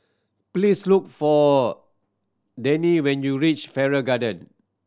please look for Deane when you reach Farrer Garden